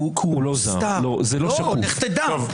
לך תדע.